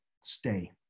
stay